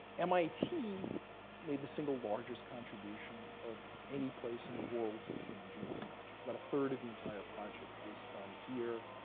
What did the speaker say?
mit made the single largest contribution of any place in the world to the human genome project. about a third of the entire project was done here.